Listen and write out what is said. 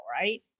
Right